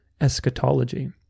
eschatology